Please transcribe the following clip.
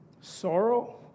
sorrow